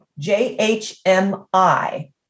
jhmi